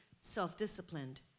self-disciplined